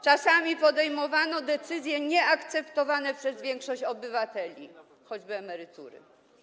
Czasami podejmowano decyzje nieakceptowane przez większość obywateli, choćby w sprawie emerytur.